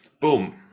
boom